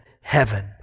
heaven